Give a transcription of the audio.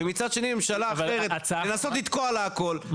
ומצד שני ממשלה אחרת לנסות לתקוע לה הכל,